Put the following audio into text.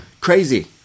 Crazy